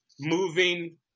moving